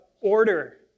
order